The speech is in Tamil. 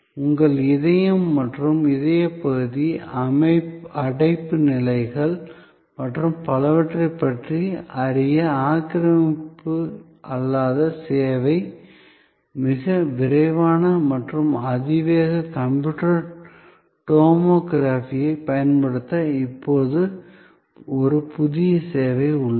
உங்கள் இதயம் மற்றும் இதய பகுதி அடைப்பு நிலைமைகள் மற்றும் பலவற்றைப் பற்றி அறிய ஆக்கிரமிப்பு அல்லாத சேவைக்கு மிக விரைவான மற்றும் அதிவேக கம்ப்யூட்டட் டோமோகிராஃபியைப் பயன்படுத்த இப்போது ஒரு புதிய சேவை உள்ளது